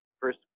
first